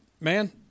man –